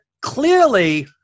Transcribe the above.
clearly